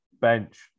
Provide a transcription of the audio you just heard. bench